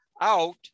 out